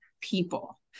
people